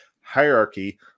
hierarchy